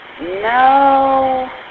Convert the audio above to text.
No